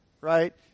right